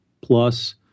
plus